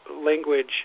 language